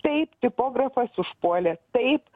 taip tipografas užpuolė taip